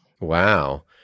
Wow